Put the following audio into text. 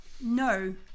No